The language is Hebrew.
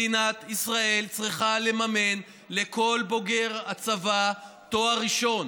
מדינת ישראל צריכה לממן לכל בוגר הצבא תואר ראשון.